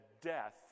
death